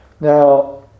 Now